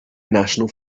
national